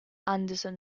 anderson